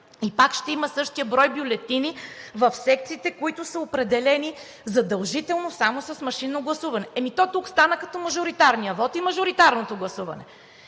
и пак ще има същия брой бюлетини в секциите, които са определени задължително само с машинно гласуване. Ами то тук стана като мажоритарния вот и мажоритарното гласуване